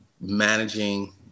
managing –